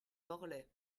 morlaix